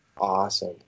Awesome